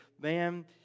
man